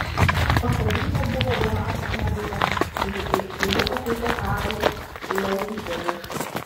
pasodintas buvo donatas navikas kurį aikštėje pakeitė karolis laukžemis